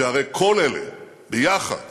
שהרי כל אלה ביחד